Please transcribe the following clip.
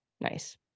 nice